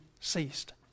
ceased